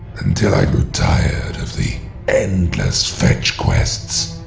until i grew tired of the endless fetch-quests.